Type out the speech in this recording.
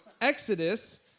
Exodus